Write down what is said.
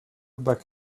back